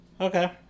Okay